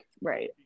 right